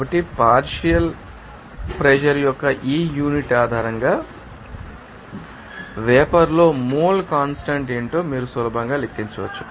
కాబట్టి partial pressure యొక్క ఈ యూనిట్ ఆధారంగా వేపర్ లో మోల్ కాన్స్టాంట్ ఏమిటో మీరు సులభంగా లెక్కించవచ్చు